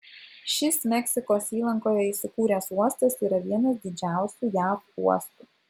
šis meksikos įlankoje įsikūręs uostas yra vienas didžiausių jav uostų